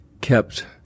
kept